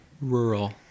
Rural